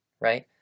right